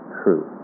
true